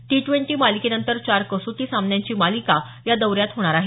T twenty मालिकेनंतर चार कसोटी सामन्यांची मालिका या दौऱ्यात होणार आहे